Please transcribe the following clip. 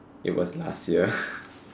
it was last year